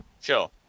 Sure